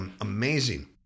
amazing